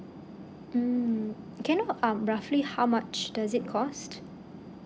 mm can I know um roughly how much does it cost